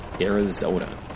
Arizona